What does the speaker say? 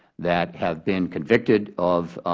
that have been convicted of